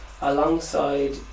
alongside